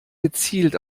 gezielt